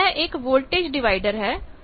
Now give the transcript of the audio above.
तो यह एक वोल्टेज डिवाइडर है